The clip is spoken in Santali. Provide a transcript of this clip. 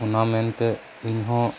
ᱚᱱᱟ ᱢᱮᱱ ᱛᱮ ᱤᱧᱦᱚ